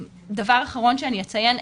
דבר אחרון שאני אציין,